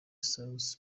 salus